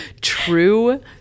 true